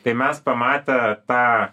tai mes pamatę tą